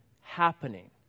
happening